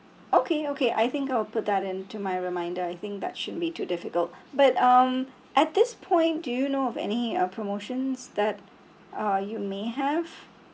okay okay I think I'll put that into my reminder I think that shouldn't be too difficult but um at this point do you know of any uh promotions that uh you may have